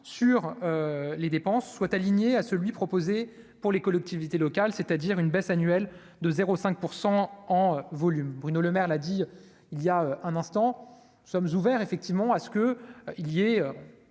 sur les dépenses soient alignés à celui proposé pour les collectivités locales, c'est-à-dire une baisse annuelle de 0 5 % en volume, Bruno Lemaire là dit il y a un instant, nous sommes ouverts effectivement à ce que il y est